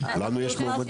לנו יש מועמדים.